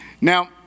Now